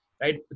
right